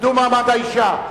קידום מעמד האשה.